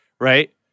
right